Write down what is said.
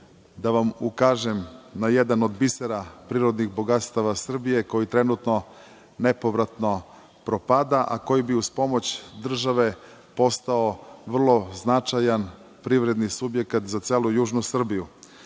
da vam ukažem na jedan od bisera prirodnih bogatstava Srbije koji trenutno nepovratno propada, a koji bi uz pomoć države postao vrlo značajan privredni subjekat za celu južnu Srbiju.